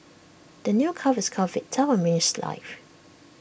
the new calf is calf Vita means life